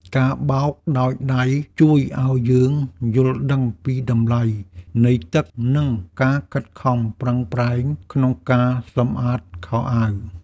ការបោកដោយដៃជួយឱ្យយើងយល់ដឹងពីតម្លៃនៃទឹក និងការខិតខំប្រឹងប្រែងក្នុងការសម្អាតខោអាវ។